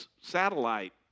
satellite